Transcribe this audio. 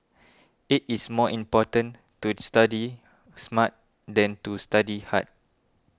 it is more important to study smart than to study hard